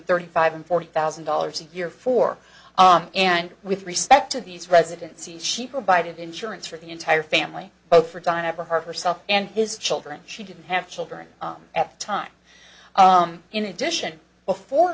thirty five and forty thousand dollars a year for and with respect to these residency she provided insurance for the entire family both for john ever herself and his children she didn't have children at that time in addition before